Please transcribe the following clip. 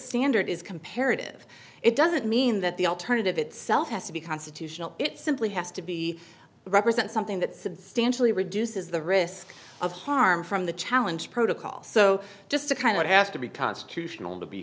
standard is comparative it doesn't mean that the alternative itself has to be constitutional it simply has to be represent something that substantially reduces the risk of harm from the challenge protocol so just a kind of has to be constitutional to be